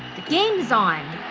the game's on!